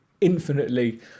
infinitely